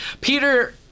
Peter